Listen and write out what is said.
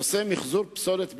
נושא מיחזור פסולת בניין,